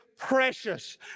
precious